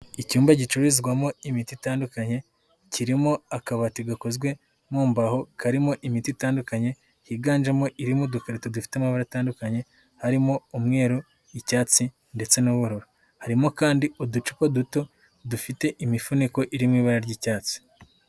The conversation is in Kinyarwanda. Icyumba gicururizwamo imiti itandukanye, kirimo akabati gakozwe mu mbaho, karimo imiti itandukanye higanjemo irimo udukarito dufite amabara atandukanye, harimo umweru, icyatsi ndetse n'ubururu, harimo kandi uducupa duto dufite imifuniko, iri mu ibara ry'icyatsi.